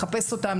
לחפש אותם,